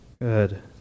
Good